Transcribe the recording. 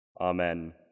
Amen